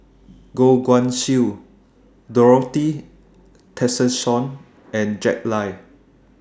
Goh Guan Siew Dorothy Tessensohn and Jack Lai